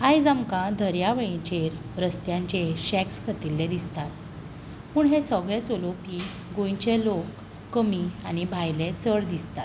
आयज आमकां दर्यावेळींचेर रस्त्यांचेर शॅक्स घातिल्ले दिसतात पूण हे सगळें चलोवपी गोंयचे लोक कमी आनी भायले चड दिसतात